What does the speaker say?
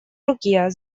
руке